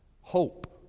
Hope